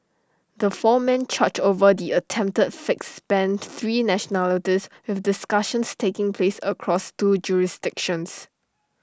the four men charged over the attempted fix spanned three nationalities with discussions taking place across two jurisdictions